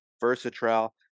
versatile